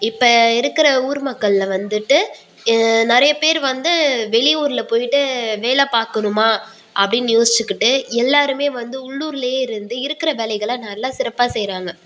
இப்போ இருக்கீற ஊர் மக்களில் வந்துட்டு நிறைய பேர் வந்து வெளியூரில் போயிட்டு வேலை பாக்கணுமா அப்படின்னு யோசிச்சிக்கிட்டு எல்லோருமே வந்து உள்ளூரிலேயே இருந்து இருக்கிற வேலைகளை நல்லா சிறப்பாக செய்கிறாங்க